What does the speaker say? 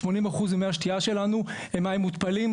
80% ממי השתייה שלנו הם מים מותפלים,